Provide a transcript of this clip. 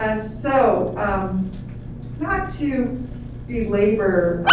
ah so um not to be labor.